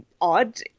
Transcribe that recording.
odd